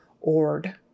ORD